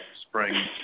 spring